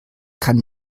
kann